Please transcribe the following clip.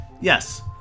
Yes